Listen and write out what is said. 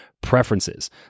preferences